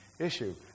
issue